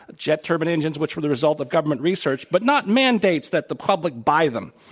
jet turbine engines which were the result of government research, but not mandates that the public buy them.